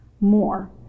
More